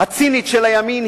הצינית של הימין,